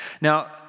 Now